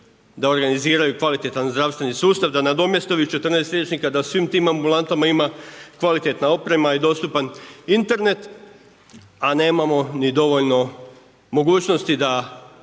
da organiziraju kvalitetan zdravstveni sustav, da nadomjeste ovih 14 liječnika, da u svim tim ambulantama ima kvalitetna oprema i dostupan Internet nemamo ni dovoljno mogućnosti da